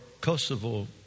Kosovo